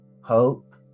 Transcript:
hope